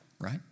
right